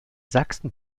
sachsen